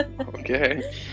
Okay